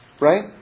right